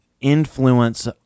influence